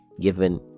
given